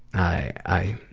i